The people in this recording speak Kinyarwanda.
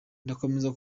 ndakomeza